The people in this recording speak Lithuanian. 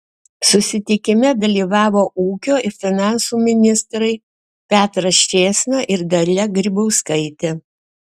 susitikime dalyvavo ūkio ir finansų ministrai petras čėsna ir dalia grybauskaitė